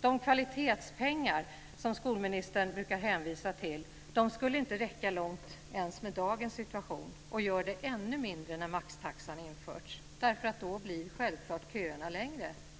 De kvalitetspengar som skolministern brukar hänvisa till skulle inte räcka långt ens i dagens situation. De gör det ännu mindre när maxtaxan har införts.